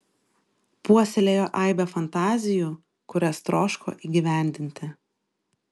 puoselėjo aibę fantazijų kurias troško įgyvendinti